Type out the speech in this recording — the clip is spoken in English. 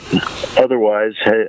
otherwise